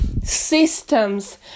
systems